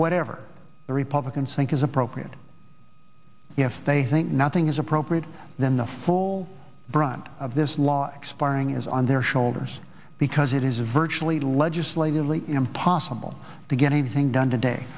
whatever the republicans think is appropriate if they think nothing is appropriate then the full brunt of this law expiring is on their shoulders because it is virtually legislatively impossible to get anything done today